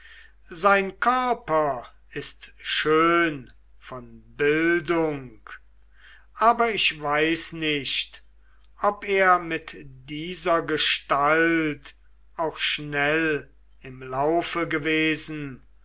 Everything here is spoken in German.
sein körper ist schön von bildung aber ich weiß nicht ob er mit dieser gestalt auch schnell im laufe gewesen